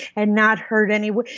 and not hurt anywhere.